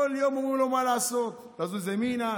כל יום אומרים לו מה לעשות: תזוז ימינה,